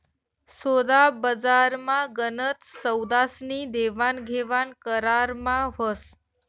सोदाबजारमा गनच सौदास्नी देवाणघेवाण करारमा व्हस